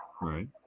right